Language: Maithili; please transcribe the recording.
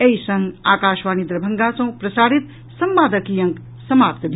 एहि संग आकाशवाणी दरभंगा सँ प्रसारित संवादक ई अंक समाप्त भेल